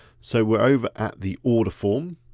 so we're over at the order form.